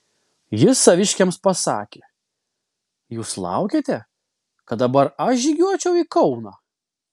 jis saviškiams pasakė jūs laukiate kad dabar aš žygiuočiau į kauną